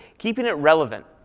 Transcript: keeping it relevant.